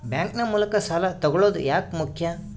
Bank ನ ಮೂಲಕ ಸಾಲ ತಗೊಳ್ಳೋದು ಯಾಕ ಮುಖ್ಯ?